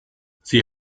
sie